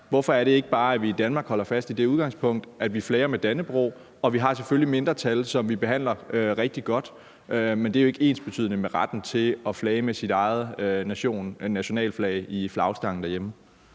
Hvorfor holder vi i Danmark ikke bare fast i det udgangspunkt, at vi flager med Dannebrog, og at vi selvfølgelig har et mindretal, som vi behandler rigtig godt, men det er jo ikke ensbetydende med retten til at flage med sit eget nationalflag i flagstangen derhjemme?